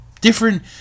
different